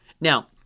Now